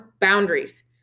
boundaries